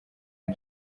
izo